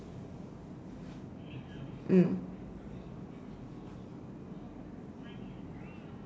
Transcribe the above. mm